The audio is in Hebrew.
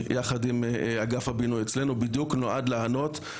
משרד האוצר אסתי פלדמן סגנית היועץ המשפטי,